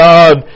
God